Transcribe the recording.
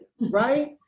right